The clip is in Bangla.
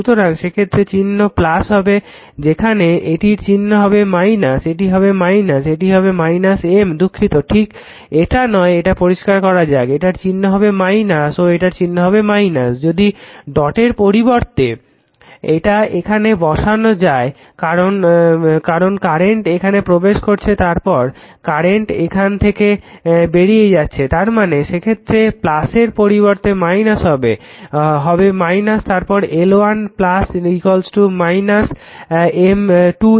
সুতরাং সেক্ষেত্রে চিহ্ন হবে যেখানে এটার চিহ্ন হবে এটা হবে - এটা হবে -M দুঃখিত ঠিক এটা নয় এটা পরিস্কার করা যাক এটার চিহ্ন হবে - ও এটার চিহ্ন হবে যদি ডটের পরিবর্তে এটা এখানে বসানো যায় কারণ কারেন্ট এখানে প্রবেশ করছে তারপর কারেন্ট এখান থেকে বেরিয়ে যাচ্ছে তারমানে সেক্ষেত্রে এর পরিবর্তে - হবে হবে - তারপর L1 2 M